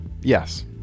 Yes